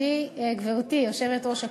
גברתי היושבת-ראש,